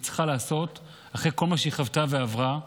צריכה לאסוף אחרי כל מה שהיא חוותה ועברה,